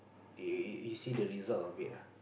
you see the result of it ah